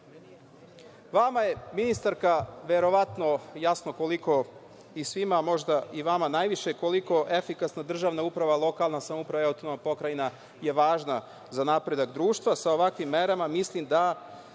je, ministarka, verovatno jasno koliko, i svima, a možda vama i najviše, efikasna državna uprava, lokalna samouprava, autonomna pokrajina je važna za napredak društva. Sa ovakvim merama mislim da